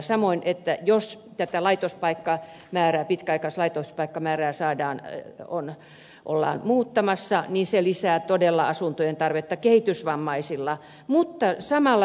samoin jos pitkäaikaislaitoshoidon paikkamäärää ollaan muuttamassa se lisää todella asuntojen tarvetta kehitysvammaisille